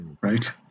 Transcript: right